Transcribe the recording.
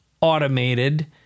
automated